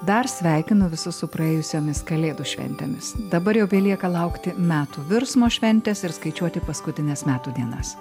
dar sveikinu visus su praėjusiomis kalėdų šventėmis dabar jau belieka laukti metų virsmo šventės ir skaičiuoti paskutines metų dienas